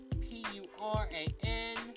P-U-R-A-N